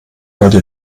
heute